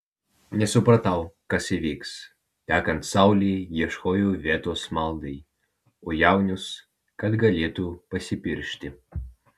nesupratau kas įvyks tekant saulei ieškojau vietos maldai o jaunius kad galėtų pasipiršti